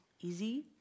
easy